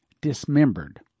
dismembered